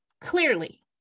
Clearly